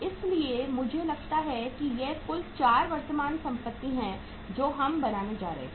इसलिए मुझे लगता है कि ये कुल 4 वर्तमान संपत्ति हैं जो हम बनाने जा रहे हैं